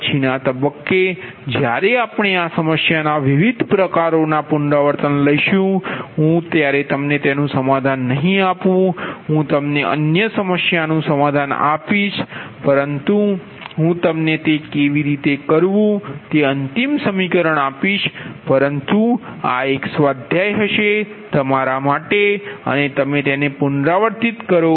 પછીના તબક્કે જ્યારે આપણે આ સમસ્યાના વિવિધ પ્રકારોનો પુનરાવર્તન લઈશું હું તમને સમાધાન નહીં આપુ હું તમને અન્ય સમસ્યાનું સમાધાન આપીશ પરંતુ હું તમને તે કેવી રીતે કરવું તે અંતિમ સમીકરણ આપીશ પરંતુ આ એક સ્વાધ્યાય હશે તમારા માટે અને તમે તેને પુનરાવર્તિત કરો